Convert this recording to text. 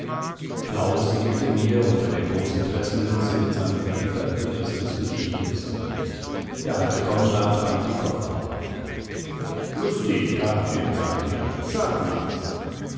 klaus nickte mir unter der großen tressenmütze mit seinem verwitterten christusgesichte zu der alte konrad band die koffer auf lustig grafchen sagte er schad't nichts